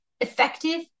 effective